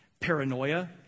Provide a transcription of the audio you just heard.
paranoia